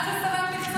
מה זה "צבא מקצועי"?